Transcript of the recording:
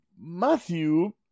Matthew